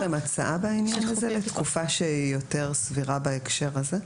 יש לכם הצעה בעניין הזה לתקופה שהיא יותר סבירה בהקשר הזה?